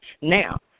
Now